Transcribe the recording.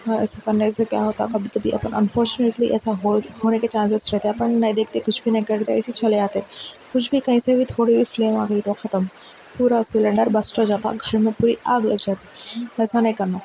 ہاں ایسا کرنے سے کیا ہوتا کبھی کبھی اپن انفارچونیٹلی ایسا ہونے ہونے کے چانسیز رہتا اپن نہیں دیکھتے کچھ بھی نہیں کرتے ایسے ہی چلے آتے کچھ بھی کہیں سے بھی تھوڑی بھی فلیم آ گئی تو ختم پورا سلنڈر برسٹ ہو جاتا گھر میں پوری آگ لگ جاتی ویسا نہیں کرنا